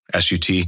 SUT